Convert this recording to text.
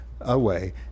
away